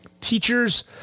teachers